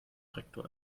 rektor